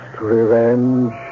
revenge